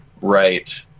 right